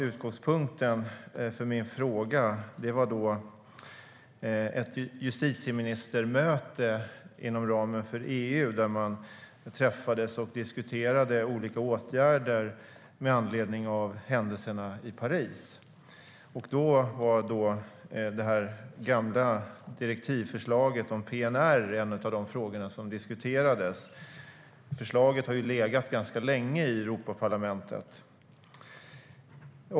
Utgångspunkten för min fråga var ett justitieministermöte inom ramen för EU, där man träffades och diskuterade olika åtgärder med anledning av händelserna i Paris. Det gamla direktivförslaget om PNR var en av de frågor som diskuterades. Förslaget har legat ganska länge i Europaparlamentet.